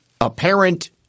apparent